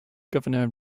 governor